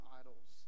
idols